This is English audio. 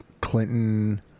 Clinton